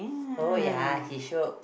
oh ya he show